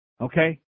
okay